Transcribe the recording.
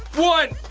one.